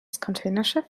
containerschiff